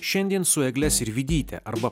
šiandien su egle sirvydyte arba